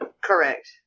correct